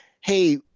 hey